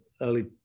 early